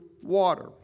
water